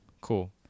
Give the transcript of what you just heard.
cool